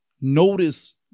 Notice